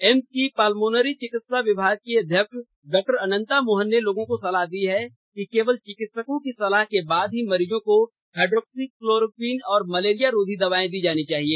AIIMS के pulmonary चिकित्साग विभाग के अध्यक्ष डॉ अनन्ता मोहन ने लोगों को सलाह दी है कि केवल चिकित्सक की सलाह के बाद ही मरीज को हाइड्रोक्सीह क्लोरोक्वीन और मलेरिया रोधी दवाएं दी जानी चाहिए